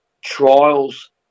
trials